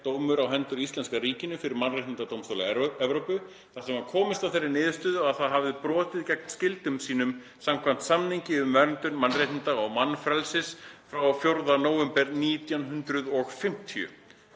dómur á hendur íslenska ríkinu fyrir Mannréttindadómstóli Evrópu, þar sem komist var að þeirri niðurstöðu að það hafi brotið gegn skyldum sínum samkvæmt samningi um verndun mannréttinda og mannfrelsis frá 4. nóvember 1950,